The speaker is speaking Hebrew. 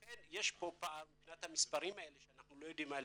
לכן יש פה פער מבחינת המספרים האלה שאנחנו לא יודעים עליהם.